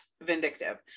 vindictive